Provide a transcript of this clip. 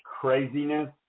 craziness